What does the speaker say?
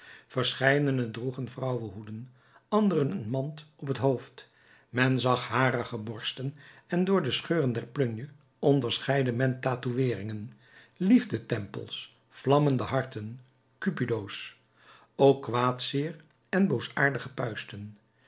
droegen vrouwenhoeden anderen een mand op het hoofd men zag harige borsten en door de scheuren der plunje onderscheidde men tatoueeringen liefdetempels vlammende harten cupido's ook kwaadzeer en